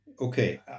Okay